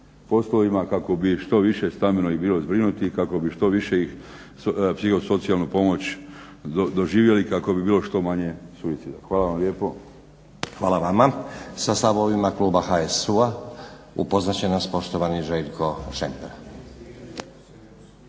poslovnim kako bi što više stambeno ih bilo zbrinuti kako bi što više psihosocijalnu pomoć doživjeli kako bi bilo što manje suicida. Hvala vam lijepo. **Stazić, Nenad (SDP)** Hvala vama. Sa stavovima kluba HSU-a upoznat će nas poštovani Željko Šemper.